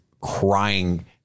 crying